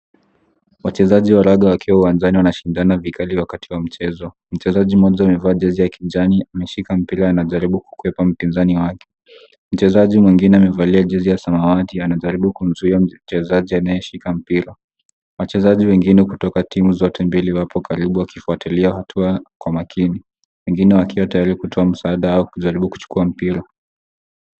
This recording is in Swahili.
Wachezaji wa raga wakiwa uwanjani wanashindana vikali wakati wa mchezo. Mchezaji mmoja amevaa jezi ya kijani ameshika mpira anajaribu kukwepa mpinzani wake. Mchezaji mwingine amevalia jezi ya samawati anajaribu kumzuia mchezaji anayeshika mpira. Wachezaji wengine kutoka timu zote mbili wapo karibu wakifuatilia hatua kwa makini, wengine wakiwa tayari kutoa msaada au kujaribu kuchukua mpira.